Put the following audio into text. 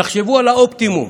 תחשבו על האופטימום.